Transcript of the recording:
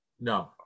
No